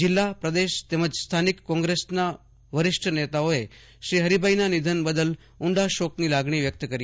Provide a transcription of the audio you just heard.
જિલ્લા પ્રદેશ તેમજ સ્થાનિક કોંગ્રેસના વરિષ્ઠ નેતાઓએ હરીભાઈના નિધન બદલ ઉડા શોકની લાગણી વ્યકત કરી હતી